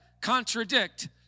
contradict